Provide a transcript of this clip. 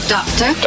Doctor